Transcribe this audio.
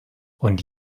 und